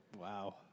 Wow